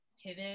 pivot